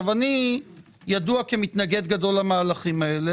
אני ידוע כמתנגד גדול למהלכים האלה